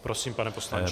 Prosím, pane poslanče.